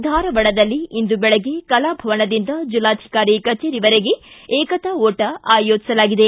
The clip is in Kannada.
ಧಾರವಾಡದಲ್ಲಿ ಇಂದು ಬೆಳಗ್ಗೆ ಕಲಾಭವನದಿಂದ ಜಿಲ್ಲಾಧಿಕಾರಿ ಕಜೇರಿವರೆಗೆ ಏಕತಾ ಓಟ ಆಯೋಜಿಸಲಾಗಿದೆ